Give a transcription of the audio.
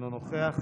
אינו נוכח.